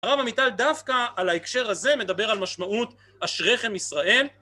הרב עמיטל דווקא על ההקשר הזה מדבר על משמעות אשריכם ישראל